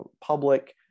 public